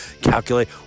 calculate